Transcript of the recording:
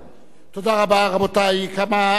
רבותי, כמה אנשים נרשמו.